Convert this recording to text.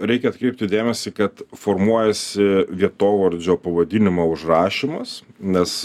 reikia atkreipti dėmesį kad formuojasi vietovardžio pavadinimo užrašymas nes